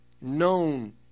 known